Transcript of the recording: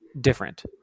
different